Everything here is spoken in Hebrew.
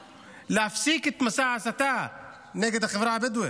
להפסיק את מסע ההסתה נגד החברה הבדואית,